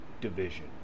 division